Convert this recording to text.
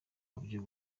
buryo